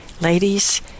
Ladies